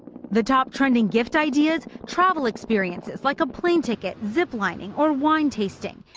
the top trending gift ideas, travel experiences like a plane ticket, zip lining, or wine tasting.